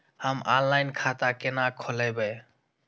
हम ऑनलाइन खाता केना खोलैब?